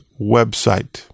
website